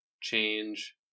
change